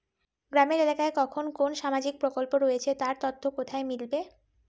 গ্রামের এলাকায় কখন কোন সামাজিক প্রকল্প রয়েছে তার তথ্য কোথায় মিলবে?